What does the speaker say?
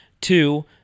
Two